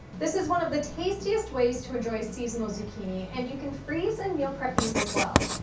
this is one of the tastiest ways to enjoy seasonal zucchini, and you can freeze and meal prep these as well,